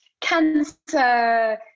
cancer